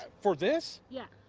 for this? yeah.